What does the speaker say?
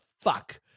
fuck